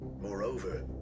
Moreover